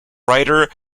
writer